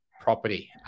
property